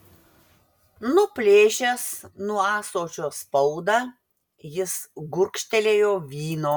nuplėšęs nuo ąsočio spaudą jis gurkštelėjo vyno